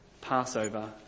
Passover